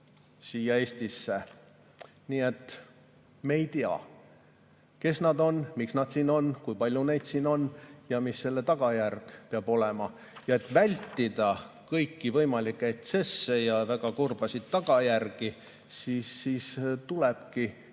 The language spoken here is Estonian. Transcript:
siia Eestisse. Nii et me ei tea, kes nad on, miks nad siin on, kui palju neid siin on ja mis selle tagajärg on. Et vältida kõiki võimalikke ekstsesse ja väga kurbasid tagajärgi, tulebki